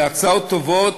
אלה הצעות טובות,